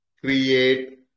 create